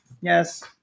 yes